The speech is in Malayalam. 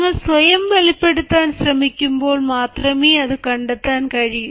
നിങ്ങൾ സ്വയം വെളിപ്പെടുത്താൻ ശ്രമിക്കുമ്പോൾ മാത്രമേ അത് കണ്ടെത്താൻ കഴിയൂ